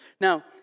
Now